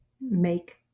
make